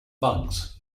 bugs